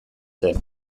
zen